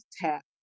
tap